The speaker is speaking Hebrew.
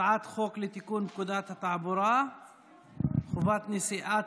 הצעת חוק לתיקון פקודת התעבורה (חובת נשיאת